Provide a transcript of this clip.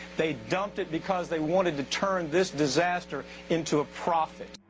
they dumped it because they wanted to turn this disaster into a profit.